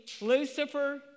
Lucifer